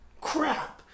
Crap